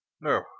No